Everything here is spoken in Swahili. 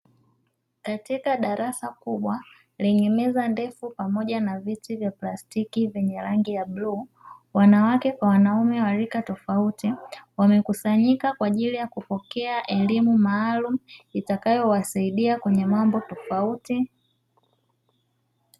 Katika darasa kubwa lenye meza ndefu pamoja na viti vya plastiki vyenye rangi ya bluu; wanawake kwa wanaume wa rika tofauti wamekusanyika kwa ajili ya kupokea elimu maalum itakayowasaidia kwenye mambo tofauti.